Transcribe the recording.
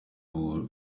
buryo